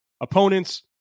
opponents